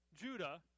Judah